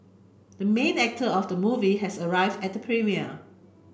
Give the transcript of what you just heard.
the main actor of the movie has arrived at premiere